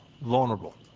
vulnerable